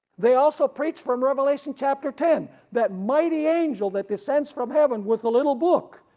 they also preached from revelation chapter ten that mighty angel that descends from heaven with a little book,